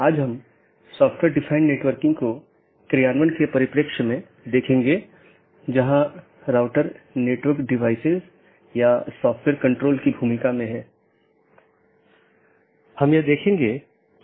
BGP या border gateway protocol बाहरी routing protocol है जो ऑटॉनमस सिस्टमों के पार पैकेट को सही तरीके से रूट करने में मदद करता है